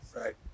Right